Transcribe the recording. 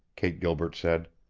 kate gilbert said.